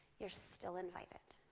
you are still invited.